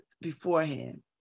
beforehand